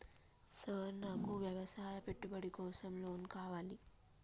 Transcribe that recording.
Sir నాకు వ్యవసాయ పెట్టుబడి కోసం లోన్ కావాలి?